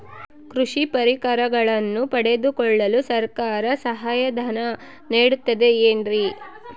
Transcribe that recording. ಕೃಷಿ ಪರಿಕರಗಳನ್ನು ಪಡೆದುಕೊಳ್ಳಲು ಸರ್ಕಾರ ಸಹಾಯಧನ ನೇಡುತ್ತದೆ ಏನ್ರಿ?